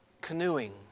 canoeing